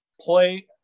play